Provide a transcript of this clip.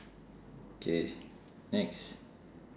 K next